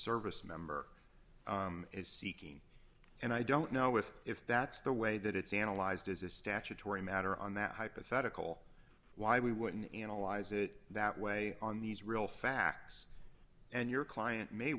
service member is seeking and i don't know with if that's the way that it's analyzed is a statutory matter on that hypothetical why we wouldn't analyze it that way on these real facts and your client may